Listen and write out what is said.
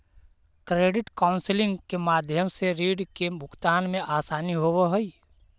credit counseling के माध्यम से रीड के भुगतान में असानी होवऽ हई